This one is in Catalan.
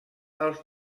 als